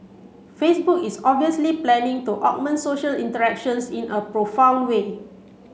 Facebook is obviously planning to augment social interactions in a profound way